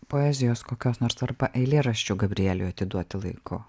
poezijos kokios nors arba eilėraščio gabrieliui atiduoti laiku